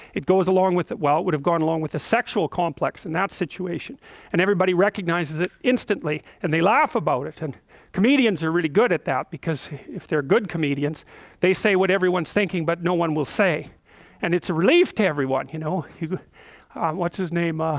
it goes along with it well it would have gone along with a sexual complex in that situation and everybody recognizes it instantly and they laugh about it and comedians are really good at that because if they're good comedians they say what everyone's thinking but no one will say and it's a relief to everyone. you know, he what's his name? ah